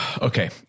Okay